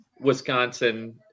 Wisconsin